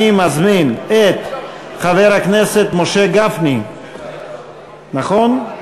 אני מזמין את חבר הכנסת משה גפני, נכון?